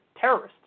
terrorists